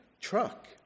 truck